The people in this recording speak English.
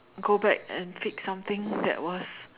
go back and fix something that was